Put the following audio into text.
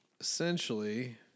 Essentially